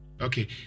Okay